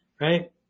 right